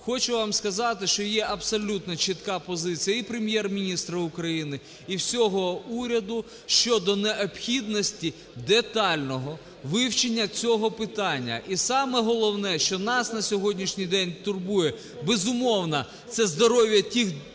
Хочу вам сказати, що є абсолютно чітка позиція і Прем'єр-міністра України, і всього уряду щодо необхідності детального вивчення цього питання. І саме головне, що нас на сьогоднішній день турбує, безумовно, це – здоров'я тих дітей,